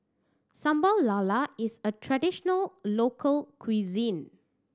Sambal Lala is a traditional local cuisine